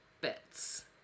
bits